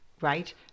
Right